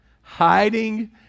hiding